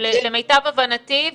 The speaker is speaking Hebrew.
למיטב הבנתי,